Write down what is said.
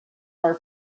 far